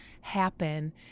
happen